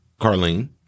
Carlene